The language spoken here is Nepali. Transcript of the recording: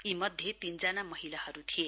यी मध्ये तीनजा महिलाहरु थिए